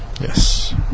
Yes